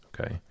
Okay